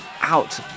out